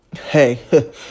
hey